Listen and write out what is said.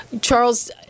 Charles